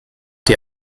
die